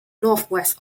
northwest